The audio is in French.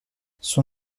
son